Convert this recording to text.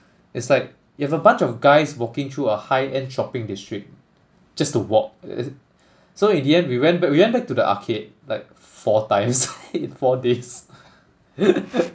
it's like you have a bunch of guys walking through a high end shopping district just to walk it so in the end we went back we went back to the arcade like four times in four days